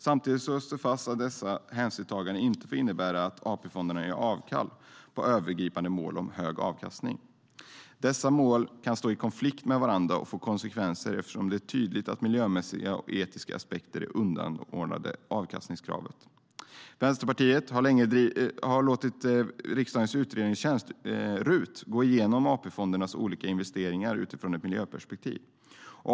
Samtidigt slås fast att dessa hänsynstaganden inte får innebära att AP-fonderna gör avkall på det övergripande målet om hög avkastning. Dessa mål kan stå i konflikt med varandra och får konsekvenser eftersom det är tydligt att miljömässiga och etiska aspekter är underordnade avkastningskravet. Vänsterpartiet har låtit riksdagens utredningstjänst, RUT, gå igenom AP-fondernas olika investeringar utifrån ett miljöperspektiv.